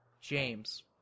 James